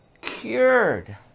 cured